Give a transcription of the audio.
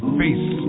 face